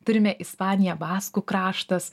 turime ispaniją baskų kraštas